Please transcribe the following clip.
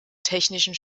technischen